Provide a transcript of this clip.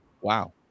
Wow